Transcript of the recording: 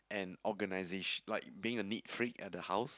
and organisation like being a neat freak at the house